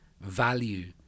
value